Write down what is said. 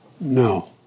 No